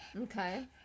Okay